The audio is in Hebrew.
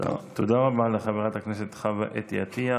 תודה רבה לחברת הכנסת חוה אתי עטייה.